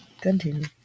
Continue